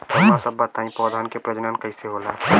रउआ सभ बताई पौधन क प्रजनन कईसे होला?